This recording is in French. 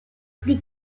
plus